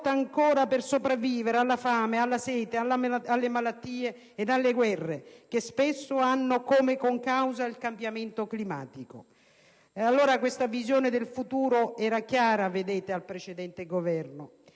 lottano per sopravvivere alla fame, alla sete, alle malattie e alle guerre, che spesso hanno come concausa il cambiamento climatico. Questa visione del futuro era chiara al precedente Governo.